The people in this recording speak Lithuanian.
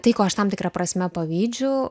tai ko aš tam tikra prasme pavydžiu